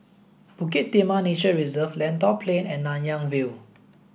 Bukit Timah Nature Reserve Lentor Plain and Nanyang View